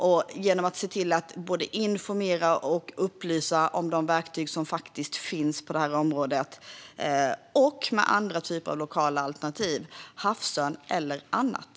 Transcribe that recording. Det handlar också om att både informera och upplysa om de verktyg som finns på det området liksom andra typer av lokala alternativ - havsörn eller annat.